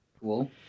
cool